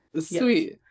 Sweet